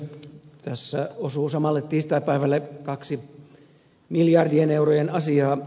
tässä osuu samalle tiistaipäivälle kaksi miljardien eurojen asiaa